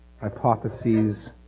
hypotheses